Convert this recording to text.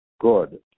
Good